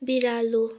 बिरालो